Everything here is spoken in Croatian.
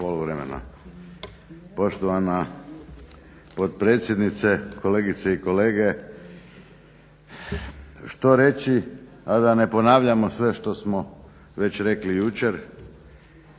(HDZ)** Poštovana potpredsjednice, kolegice i kolege. Što reći, a da ne ponavljamo sve što smo rekli jučer?